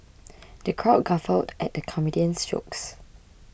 the crowd guffawed at the comedian's jokes